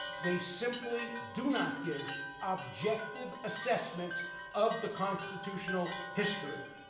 they simply do not give objective assessments of the constitutional history.